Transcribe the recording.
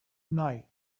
night